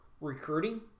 recruiting